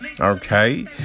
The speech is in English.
Okay